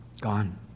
Gone